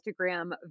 Instagram